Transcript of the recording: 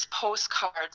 postcards